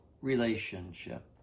relationship